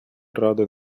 ради